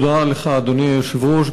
תודה לך, אדוני היושב-ראש.